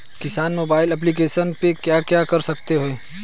किसान mobile application पे क्या क्या कर सकते हैं?